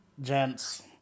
gents